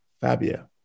Fabio